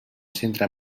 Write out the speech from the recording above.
centre